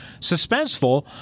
Suspenseful